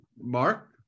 Mark